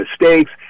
mistakes